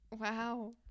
Wow